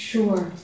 Sure